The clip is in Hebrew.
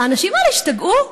האנשים האלה השתגעו?